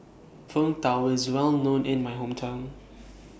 Png Tao IS Well known in My Hometown